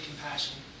compassion